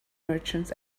merchants